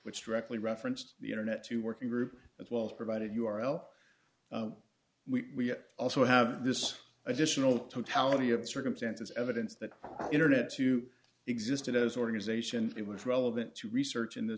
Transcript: which directly referenced the internet to working group as well as provided u r l we also have this additional totality of the circumstances evidence that internet to existed as organization it was relevant to research in